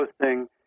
posting